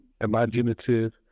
Imaginative